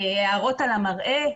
הערות על המראה,